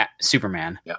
Superman